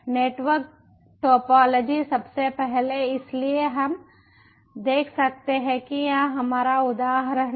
network topology सबसे पहले इसलिए हम देख सकते हैं कि यह हमारा उदाहरण है